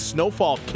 Snowfall